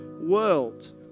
world